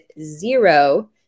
zero